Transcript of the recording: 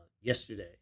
yesterday